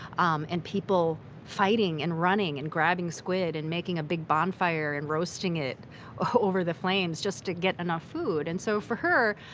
um and people fighting and running and grabbing squid and making a big bonfire and roasting it over the flames just to get enough food. and so, for her,